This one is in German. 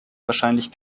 wahrscheinlich